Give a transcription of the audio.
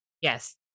Yes